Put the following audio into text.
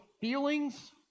feelings